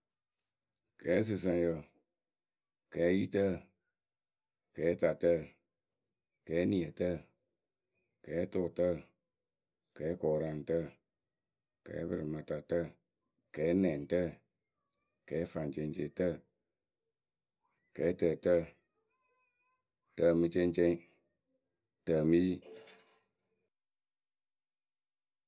Kɛɛsɨsɨŋyǝ, kɛɛyitǝyǝ, kɛɛtatǝyǝ, kɛɛniǝtǝyǝ, kɛɛtʊtǝyǝ kɛɛkʊʊraŋtǝ, kɛɛpǝrɩmatatǝyǝ, kɛɛnɛŋtǝyǝ kɛɛfaŋceŋceŋtǝyǝ kɛɛtǝtǝyǝ, tǝ mǝ ceŋceŋ, tǝ mɨ yi